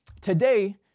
today